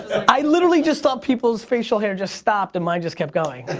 i literally just thought people's facial hair just stopped and mine just kept going.